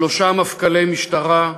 שלושה מפכ"לי משטרה,